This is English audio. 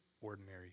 ordinary